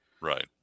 right